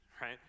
right